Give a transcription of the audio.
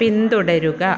പിന്തുടരുക